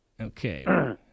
okay